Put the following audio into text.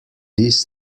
this